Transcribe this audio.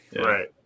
Right